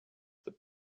that